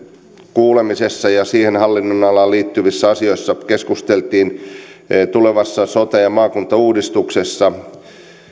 kuulemisessa ja siihen hallinnonalaan liittyvissä asioissa keskusteltiin tulevassa sote ja maakuntauudistuksessa